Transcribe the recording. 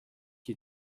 qui